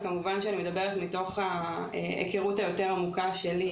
וכמובן שאני מדברת מתוך ההיכרות היותר עמוקה שלי,